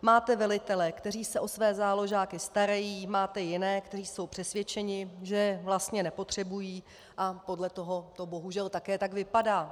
Máte velitele, kteří se o své záložáky starají, máte jiné, kteří jsou přesvědčeni, že je vlastně nepotřebují, a podle toho to bohužel také tak vypadá.